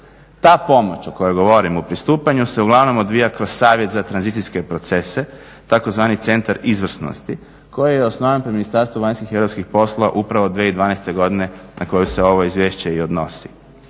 Ta pomoć o kojoj govorim u pristupanju se uglavnom odvija kroz savjet za tranzicijske procese tzv. Centar izvrsnosti koji je osnovan pri Ministarstvu vanjskih i europskih poslova upravo 2012.godine na koju se ovo izvješće i odnosi